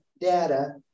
data